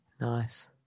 Nice